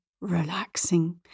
relaxing